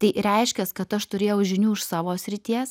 tai reiškias kad aš turėjau žinių iš savo srities